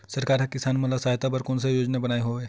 सरकार हा किसान मन के सहायता बर कोन सा योजना बनाए हवाये?